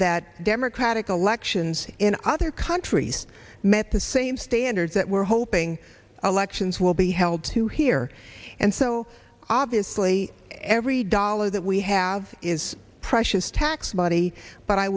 that democratic elections in other countries met the same standards that were hoping elections will be held to here and so obviously every dollar that we have is precious tax body but i